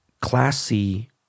classy